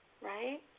right